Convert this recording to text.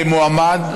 מועמד,